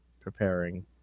preparing